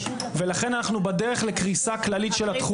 ולכן אנחנו בדרך לקריסה כללית של התחום.